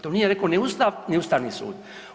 To nije rekao ni Ustav ni Ustavni sud.